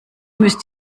müsst